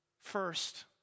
first